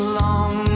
long